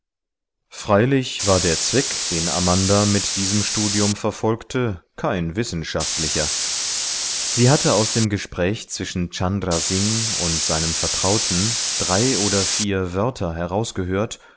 freilich war der zweck den amanda mit diesem studium verfolgte kein wissenschaftlicher sie hatte aus dem gespräch zwischen chandra singh und seinem vertrauten drei oder vier wörter herausgehört